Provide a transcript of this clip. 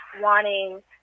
wanting